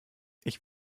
ich